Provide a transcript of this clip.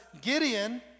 Gideon